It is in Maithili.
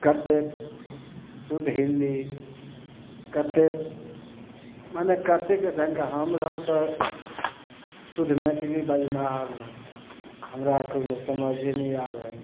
कतेक सुध हिन्दी कतेक मने कतेक रङ्गके हम रहौ तऽ सुध मैथिली बजनिहार ने तऽ हमरा कोनो समझे नहि आबै